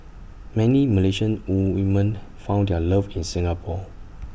many Malaysian woman found their love in Singapore